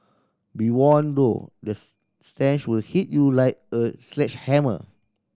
be warned though the stench will hit you like a sledgehammer